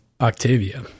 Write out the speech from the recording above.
octavia